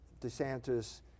DeSantis